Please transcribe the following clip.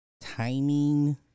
Timing